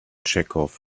chekhov